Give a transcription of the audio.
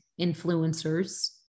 influencers